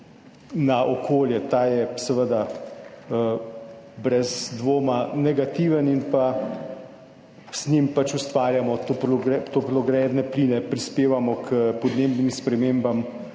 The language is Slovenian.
na okolje. Ta je seveda brez dvoma negativen in z njim ustvarjamo toplogredne pline, prispevamo k podnebnim spremembam,